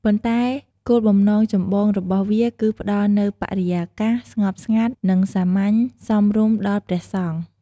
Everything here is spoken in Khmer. ប៉ុន្តែគោលបំណងចម្បងរបស់វាគឺផ្ដល់នូវបរិយាកាស ស្ងប់ស្ងាត់ និង សាមញ្ញ សមរម្យដល់ព្រះសង្ឃ។